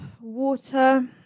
water